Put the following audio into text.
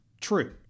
True